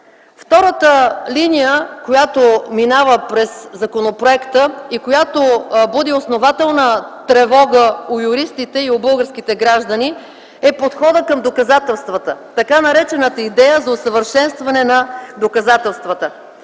Втората линия, която минава през законопроекта и буди основателна тревога у юристите и у българските граждани, е подходът към доказателствата, така начената идея за усъвършенстване на доказателствата.